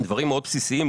דברים מאוד בסיסיים,